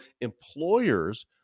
employers